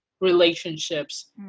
relationships